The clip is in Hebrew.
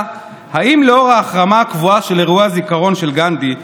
אם לאור ההחרמה הקבועה של אירועי הזיכרון לגנדי,